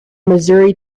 missouri